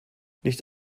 nicht